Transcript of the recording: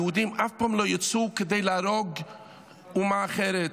היהודים אף פעם לא יצאו כדי להרוג אומה אחרת,